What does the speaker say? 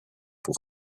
pour